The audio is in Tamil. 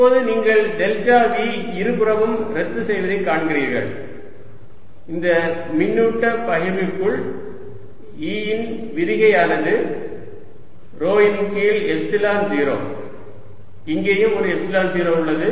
இப்போது நீங்கள் டெல்டா V இருபுறமும் ரத்து செய்வதைக் காண்கிறீர்கள் இந்த மின்னூட்ட பகிர்வுக்குள் E இன் விரிகையானது ρ இன் கீழ் எப்சிலன் 0 இங்கேயும் ஒரு எப்சிலன் 0 உள்ளது